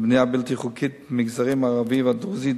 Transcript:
לבנייה בלתי חוקית במגזרים הערבי והדרוזי,